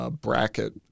Bracket